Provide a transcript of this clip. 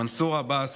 מנסור עבאס,